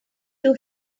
two